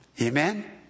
Amen